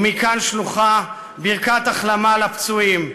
ומכאן שלוחה ברכת החלמה לפצועים.